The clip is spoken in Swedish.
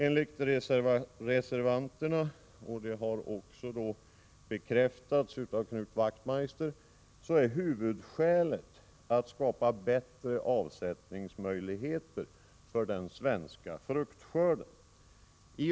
Enligt reservanterna är huvudskälet att skapa bättre avsättningsmöjligheter för den svenska fruktskörden, vilket också har bekräftats av Knut Wachtmeister.